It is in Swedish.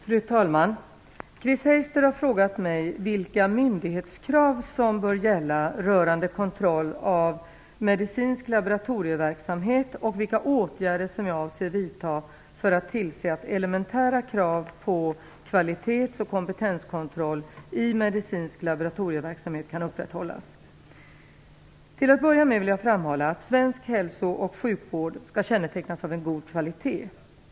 Fru talman! Chris Heister har frågat mig vilka myndighetskrav som bör gälla rörande kontroll av medicinsk laboratorieverksamhet och vilka åtgärder som jag avser vidta för att tillse att elementära krav på kvalitets och kompetenskontroll i medicinsk laboratorieverksamhet kan upprätthållas. Till att börja med vill jag framhålla att svensk hälso och sjukvård skall kännetecknas av en god kvalitet.